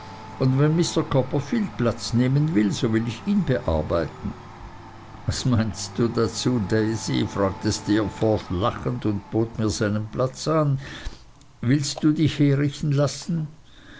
und wenn mr copperfield platz nehmen will so will ich ihn bearbeiten was meinst du dazu daisy fragte steerforth lachend und bot mir seinen platz an willst du dich herrichten lassen